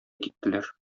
киттеләр